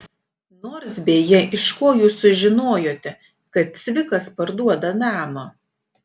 nors beje iš ko jūs sužinojote kad cvikas parduoda namą